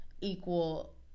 equal